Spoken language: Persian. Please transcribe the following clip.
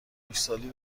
خشکسالی